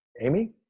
Amy